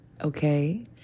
okay